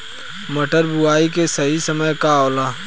मटर बुआई के सही समय का होला?